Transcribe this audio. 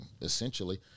essentially